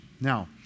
Now